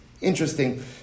Interesting